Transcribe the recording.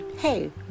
Hey